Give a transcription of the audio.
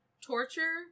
torture